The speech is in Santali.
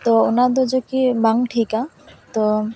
ᱛᱚ ᱚᱱᱟᱫᱚ ᱡᱚᱠᱤᱡ ᱵᱟᱝ ᱴᱷᱤᱠᱼᱟ ᱛᱚ